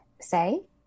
say